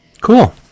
Cool